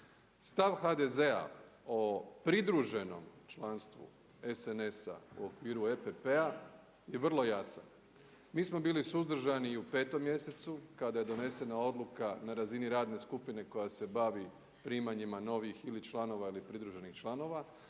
Stav HDZ-a o pridruženom članstvu SNS-a u okviru EPP-a je vrlo jasan. Mi smo bili suzdržani i u 5. mjesecu kada je donesena odluka na razini radne skupine koja se bavi primanjima novih ili članova ili pridruženih članova,